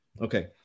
Okay